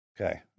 Okay